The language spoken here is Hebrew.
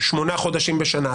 שמונה חודשים בשנה,